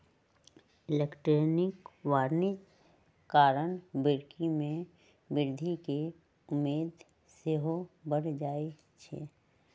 electronic वाणिज्य कारण बिक्री में वृद्धि केँ उम्मेद सेहो बढ़ जाइ छइ